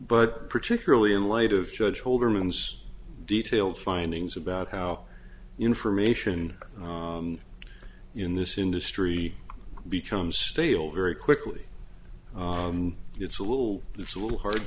but particularly in light of judge holder moon's detailed findings about how information in this industry becomes stale very quickly it's a little it's a little hard